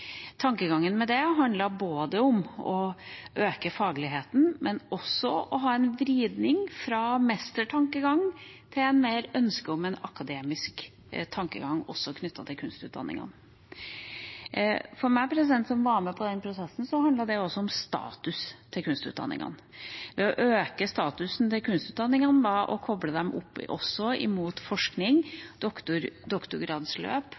vridning fra en mester-tankegang til en mer akademisk tankegang også knyttet til kunstutdanningene. For meg, som var med på den prosessen, handlet det også om statusen til kunstutdanningene. For å øke statusen til kunstutdanningene koblet man dem opp mot forskning, doktorgradsløp